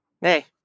Hey